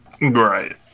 Right